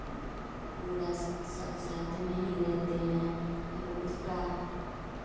पूरा सब साथ में ही रहते हैं और उसका